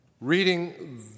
Reading